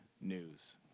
news